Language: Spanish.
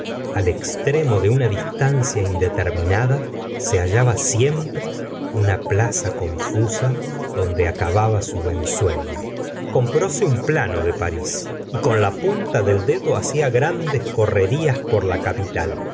al estramo de una distancia indeterminada se hallaba siempre una plaza confusa donde acababa su ensueño comprése un plano de paris y con la punta del dedo hacia grandes correrías por la capital